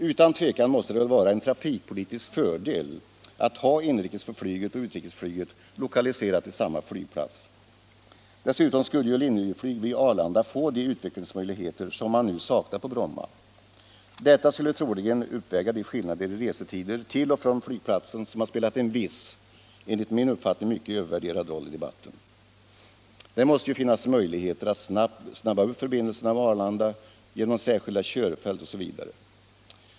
Utan tvivel måste det vara en trafikpolitisk fördel att ha inrikesflyget och utrikesflyget lokaliserade till samma flygplats. Dessutom skulle Linjeflyg vid Arlanda få de utvecklingsmöjligheter som man nu saknar på Bromma. Detta skulle troligen uppväga de skillnader i restider till och från flygplatsen som har spelat en viss, enligt min uppfattning mycket övervärderad, roll i debatten. Det måste finnas möjlighet att göra förbindelserna med Arlanda snabbare genom särskilda körfält osv.